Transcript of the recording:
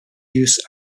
use